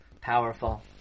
powerful